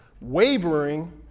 wavering